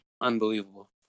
unbelievable